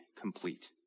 complete